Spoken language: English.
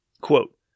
Quote